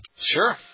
Sure